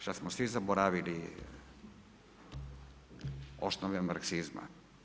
Što smo svi zaboravili osnove marxizma.